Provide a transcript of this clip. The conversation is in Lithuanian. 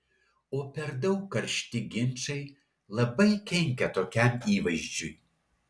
o per daug karšti ginčai labai kenkia tokiam įvaizdžiui